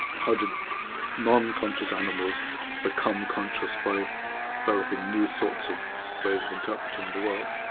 how did non-conscious animals become conscious by developing new sorts of ways of interpreting the world?